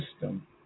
system